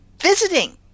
Visiting